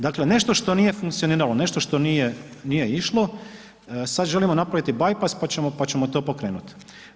Dakle nešto što nije funkcioniralo, nešto što nije išlo sada želimo napraviti bajpas pa ćemo to pokrenuti.